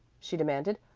she commanded.